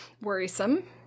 worrisome